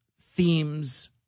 themes